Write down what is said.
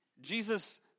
Jesus